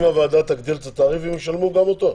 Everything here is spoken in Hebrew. אם הוועדה תגדיל את התעריף הם ישלמו גם אותו.